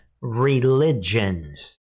religions